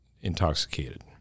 intoxicated